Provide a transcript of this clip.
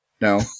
No